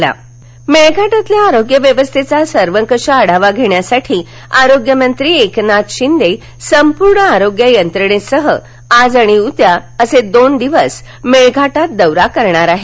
शिंदे मेळघाट् मेळघाटातील आरोग्यव्यवस्थेचा सर्वकष आढावा घेण्यासाठी आरोग्यमंत्री एकनाथ शिंदे संपूर्ण आरोग्य यंत्रणेसह आज आणि उद्या असे दोन दिवस मेळघाटात दौरा करणार आहेत